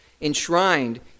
enshrined